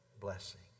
blessing